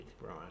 Right